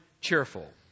cheerful